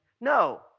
no